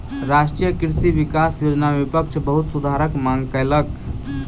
राष्ट्रीय कृषि विकास योजना में विपक्ष बहुत सुधारक मांग कयलक